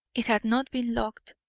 it had not been locked.